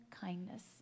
kindness